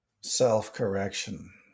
self-correction